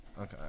Okay